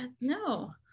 No